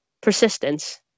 persistence